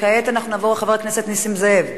כעת נעבור לחבר הכנסת נסים זאב,